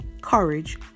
courage